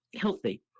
healthy